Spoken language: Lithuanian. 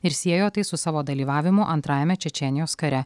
ir siejo tai su savo dalyvavimu antrajame čečėnijos kare